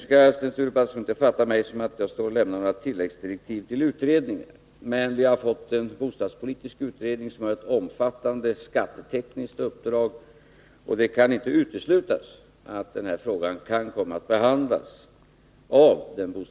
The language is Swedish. Sten Sture Paterson skall inte uppfatta mig så, att jag nu lämnar några tilläggsdirektiv till den bostadspolitiska utredningen, men den har ett omfattande skattetekniskt uppdrag, och det kan inte uteslutas att också den här frågan kan komma att behandlas.